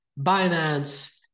Binance